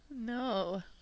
No